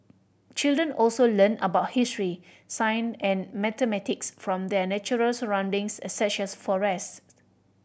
children also learn about history science and mathematics from their natural surroundings such as forests